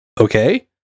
Okay